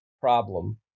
problem